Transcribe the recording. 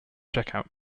checkout